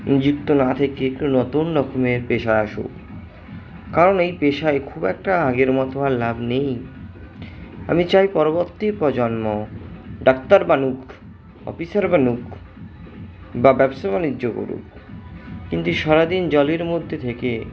যুক্ত না থেকে একটু নতুন রকমের পেশা আসুক কারণ এই পেশায় খুব একটা আগের মতো আর লাভ নেই আমি চাই পরববর্তী প্রজন্ম ডাক্তার বানুক অফিসার বানুক বা ব্যবসা বাণিজ্য করুক কিন্তু সারাদিন জলের মধ্যে থেকে